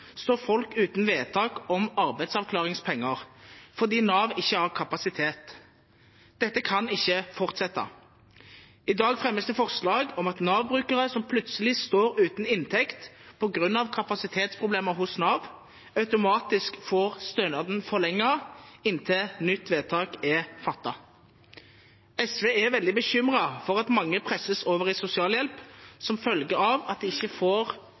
står folk uten vedtak om arbeidsavklaringspenger fordi Nav ikke har kapasitet. Dette kan ikke fortsette. I dag fremmes det forslag om at Nav-brukere som plutselig står uten inntekt på grunn av kapasitetsproblemer hos Nav, automatisk får stønaden forlenget inntil nytt vedtak er fattet. SV er veldig bekymret for at mange presses over i sosialhjelp som følge av at de ikke får